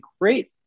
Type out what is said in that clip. great